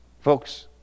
Folks